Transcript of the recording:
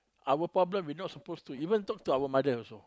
our problem we not suppose to even talk to our mother also